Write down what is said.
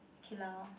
okay lah